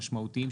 משמעותיים,